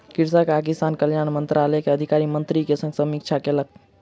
कृषि आ किसान कल्याण मंत्रालय के अधिकारी मंत्री के संग समीक्षा कयलक